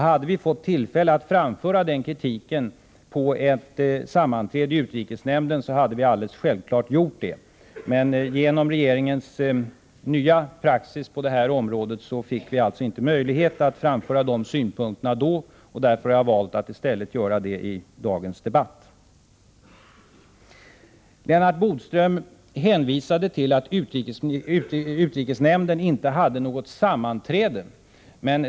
Hade vi fått tillfälle att framföra denna kritik vid ett sammanträde i utrikesnämnden så hade vi självfallet gjort det, men genom regeringens nya praxis på det här området fick vi inte möjlighet att framföra våra synpunkter där, och därför har jag valt att i stället göra det i dagens debatt. Lennart Bodström hänvisade till att utrikesnämnden inte hade något sammanträde.